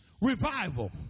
revival